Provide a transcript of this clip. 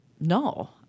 No